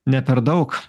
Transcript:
ne per daug